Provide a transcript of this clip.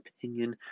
opinion